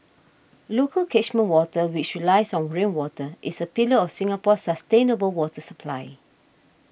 local catchment water which relies on rainwater is a pillar of Singapore's sustainable water supply